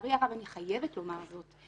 לצערי הרב, אני חייבת לומר זאת.